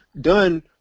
done